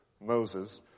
Moses